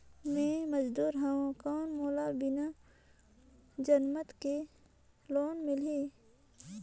मे मजदूर हवं कौन मोला बिना जमानत के लोन मिलही?